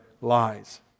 lies